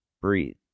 breathe